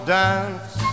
dance